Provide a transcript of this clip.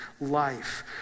life